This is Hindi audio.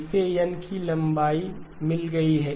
इसे N की लंबाई मिल गई है